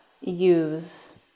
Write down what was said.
use